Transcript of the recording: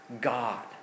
God